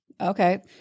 Okay